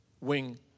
wing